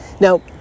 Now